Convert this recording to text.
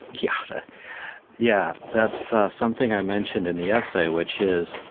yeah but yeah that's something i mentioned in the essay, which is,